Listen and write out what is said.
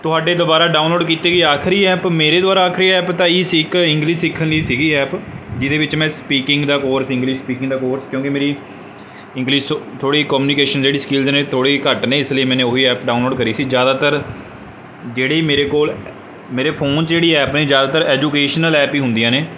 ਤੁਹਾਡੇ ਦੁਆਰਾ ਡਾਊਨਲੋਡ ਕੀਤੀ ਗਈ ਆਖਰੀ ਐਪ ਮੇਰੇ ਦੁਆਰਾ ਆਖਰੀ ਐਪ ਤਾਂ ਇਹੀ ਸੀ ਇੱਕ ਇੰਗਲਿਸ਼ ਸਿੱਖਣ ਲਈ ਸੀਗੀ ਐਪ ਜਿਹਦੇ ਵਿੱਚ ਮੈਂ ਸਪੀਕਿੰਗ ਦਾ ਕੋਰਸ ਇੰਗਲਿਸ਼ ਸਪੀਕਿੰਗ ਦਾ ਕੋਰਸ ਕਿਉਂਕਿ ਮੇਰੀ ਇੰਗਲਿਸ਼ ਥੋੜ੍ਹੀ ਕੋਮਨੀਕੇਸ਼ਨ ਜਿਹੜੀ ਸਕਿਲਜ ਨੇ ਥੋੜ੍ਹੀ ਘੱਟ ਨੇ ਇਸ ਲੀਏ ਮੈਨੇ ਉਹੀ ਐਪ ਡਾਊਨਲੋਡ ਕਰੀ ਸੀ ਜ਼ਿਆਦਾਤਰ ਜਿਹੜੀ ਮੇਰੇ ਕੋਲ ਮੇਰੇ ਫੋਨ 'ਚ ਜਿਹੜੀ ਐਪ ਨੇ ਜ਼ਿਆਦਾਤਰ ਐਜੂਕੇਸ਼ਨਲ ਐਪ ਹੀ ਹੁੰਦੀਆਂ ਨੇ